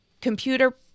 computer